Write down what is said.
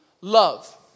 love